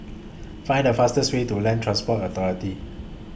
Find The fastest Way to Land Transport Authority